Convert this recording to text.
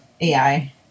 AI